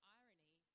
irony